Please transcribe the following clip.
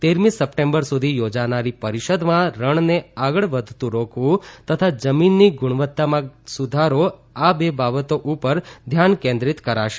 તેરમી સપ્ટેમ્બર સુધી યોજાનારી પરિષદમાં રણને આગળ વધતુ રોકવું તથા જમીનની ગુણવત્તામાં ઘટાડો આ બે બાબતો ઉપર ધ્યાન કેન્દ્રીત કરાશે